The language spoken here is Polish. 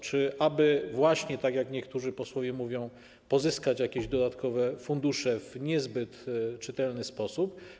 Czy aby - właśnie tak jak niektórzy posłowie mówią - pozyskać jakieś dodatkowe fundusze w niezbyt czytelny sposób?